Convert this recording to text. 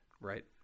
Right